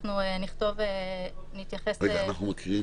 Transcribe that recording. אנחנו נכתוב ------ אנחנו כן נחריג